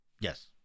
Yes